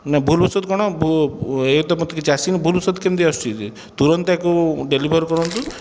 ନା ଭୁଲ ବଶତଃ କ'ଣ ଏକରେ ମୋତେ କିଛି ଆସିନି ଭୁଲ ବଶତଃ କେମତି ଆସିଛି ତୁରନ୍ତ ୟାକୁ ଡେଲିଭର କରନ୍ତୁ